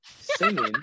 Singing